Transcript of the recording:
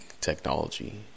technology